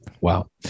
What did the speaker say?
Wow